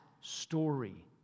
story